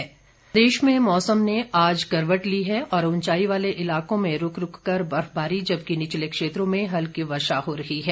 मौसम प्रदेश में मौसम ने आज करवट ली है और उंचाई वाले इलाकों में रूक रूक कर बर्फबारी जबकि निचले क्षेत्रों में हल्की वर्षा हो रही है